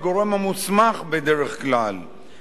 לרשום לנישואים בתחום כהונתם,